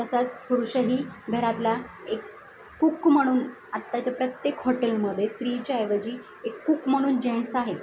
तसंच पुरुषही घरातला एक कूक म्हणून आत्ताच्या प्रत्येक हॉटेलमध्ये स्त्रिच्याऐवजी एक कूक म्हणून जेंट्स आहेत